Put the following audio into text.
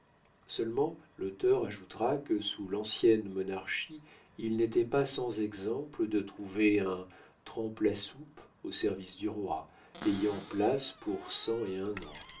seulement l'auteur ajoutera que sous l'ancienne monarchie il n'était pas sans exemple de trouver un trempe la soupe au service du roi ayant place pour cent et un ans